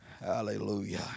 Hallelujah